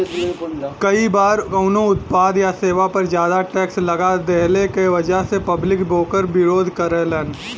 कई बार कउनो उत्पाद या सेवा पर जादा टैक्स लगा देहले क वजह से पब्लिक वोकर विरोध करलन